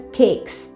cakes